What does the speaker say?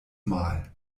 mal